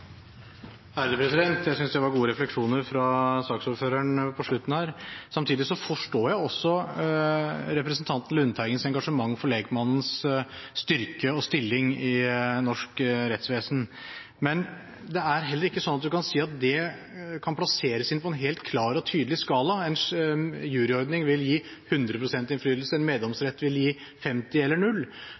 Jeg synes det var gode refleksjoner fra saksordføreren på slutten her. Samtidig forstår jeg også representanten Lundteigens engasjement for lekmannens styrke og stilling i norsk rettsvesen. Men det er heller ikke sånn at man kan si at det kan plasseres inn på en helt klar og tydelig skala, at en juryordning vil gi 100 pst. innflytelse, mens en meddomsrett vil gi 50 pst. eller